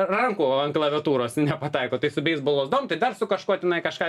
rankų ant klaviatūros nepataiko tai su beisbolo lazdom tai dar su kažkuo tenai kažką